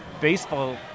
Baseball